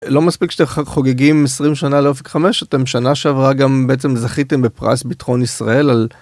לא מספיק שאתם חוגגים 20 שנה לאופק חמש אתם שנה שעברה גם בעצם זכיתם בפרס ביטחון ישראל על.